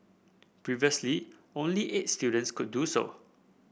previously only eight students could do so